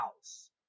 house